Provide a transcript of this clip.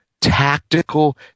tactical